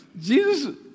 Jesus